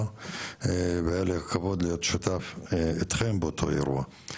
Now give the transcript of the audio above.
והיה לי הכבוד להיות שותף אתכם באותו אירוע.